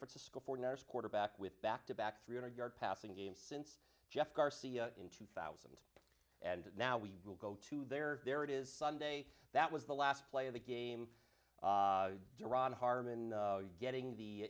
francisco for next quarterback with back to back three hundred yard passing game since jeff garcia in two thousand and now we will go to there there it is sunday that was the last play of the game duran harmon getting the